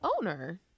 owner